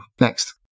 next